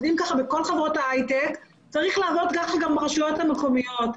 כך עובדים בכל חברות ההיי-טק וכך צריך לעבוד ברשויות המקומיות.